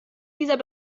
dieser